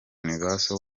universe